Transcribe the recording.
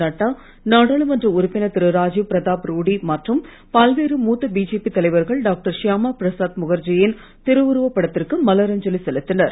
நட்டா நாடாளுமன்ற உறுப்பினர் திரு ராஜிவ் பிரதாப் ரூடி மற்றும் பல்வேறு மூத்த பிஜேபி தலைவர்கள் டாக்டர் ஷியாமா பிரசாத் முகர்ஜியின் திருவுருவப் படத்திற்கு மலர் அஞ்சலி செலுத்தினர்